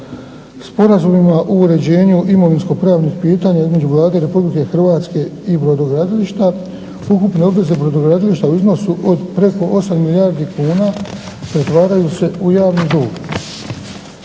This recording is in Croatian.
Sporazumima o uređenju imovinsko-pravnih pitanja između Vlade Republike Hrvatske i brodogradilišta ukupne obveze brodogradilišta u iznosu od preko 8 milijardi kuna pretvaraju se u javni dug.